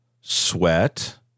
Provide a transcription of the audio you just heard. sweat